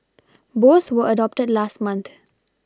both were adopted last month